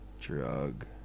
drug